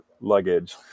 luggage